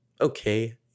okay